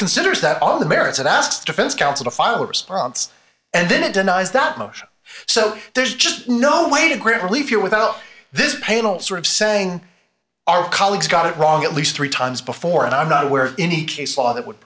considers that on the merits it asks defense counsel to file a response and then it denies that motion so there's just no way to grant relief here without this panel sort of saying our colleagues got it wrong at least three times before and i'm not aware of any case law that would